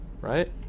right